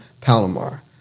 Palomar